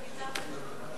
אני ויתרתי.